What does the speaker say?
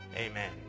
Amen